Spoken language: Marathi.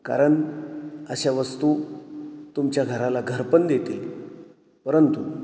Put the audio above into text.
कारण अशा वस्तू तुमच्या घराला घर पण देतील परंतु